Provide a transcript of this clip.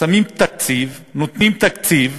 שמים תקציב, נותנים תקציב,